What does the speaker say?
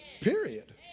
Period